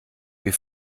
wir